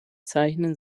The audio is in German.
zeichnen